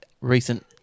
recent